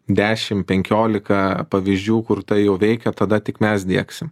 dešim penkiolika pavyzdžių kur tai jau veikia tada tik mes diegsim